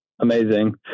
amazing